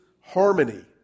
harmony